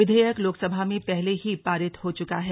विधेयक लोकसभा में पहले ही पारित हो चुका है